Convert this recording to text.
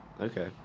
Okay